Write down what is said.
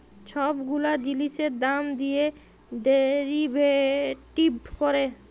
ছব গুলা জিলিসের দাম দিঁয়ে ডেরিভেটিভ ক্যরে